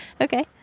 Okay